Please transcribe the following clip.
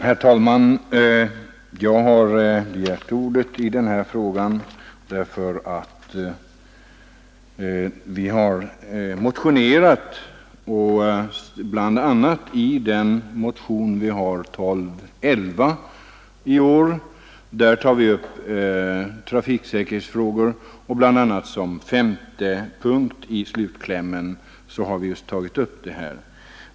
Herr talman! Jag har begärt ordet därför att vi har motionerat i denna fråga och bl.a. tagit upp säkerhetsfrågorna i punkten 5 av slutklämmen i motionen 1211.